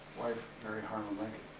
mary harlan lincoln.